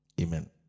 Amen